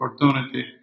opportunity